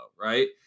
right